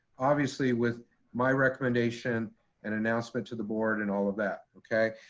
obviously with my recommendation and announcement to the board and all of that, okay?